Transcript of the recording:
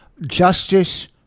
Justice